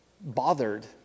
bothered